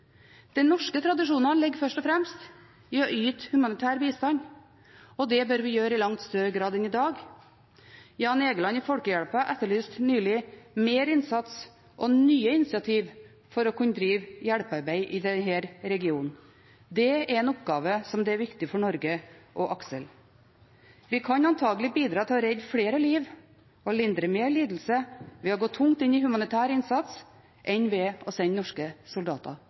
norske tradisjonene ligger først og fremst i å yte humanitær bistand, og det bør vi gjøre i langt større grad enn i dag. Jan Egeland i Flyktninghjelpen etterlyste nylig mer innsats og nye initiativ for å kunne drive hjelpearbeid i denne regionen. Det er en oppgave som det er viktig for Norge å aksle. Vi kan antakelig bidra til å redde flere liv og lindre mer lidelse ved å gå tungt inn i humanitær innsats enn ved å sende norske soldater